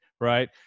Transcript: right